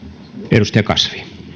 arvoisa puhemies